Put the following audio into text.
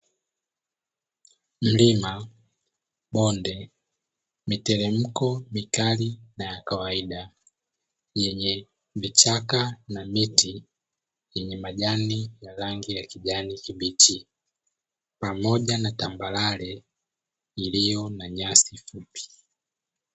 Mlima, bonde, miteremko mikali na yakawaida, yenye vichaka na miti yenye majani ya rangi ya kijani kibichi. Pamoja na tambarare iliyo na nyasi fupi.